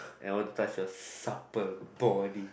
and I want to touch your supper body